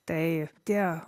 tai tie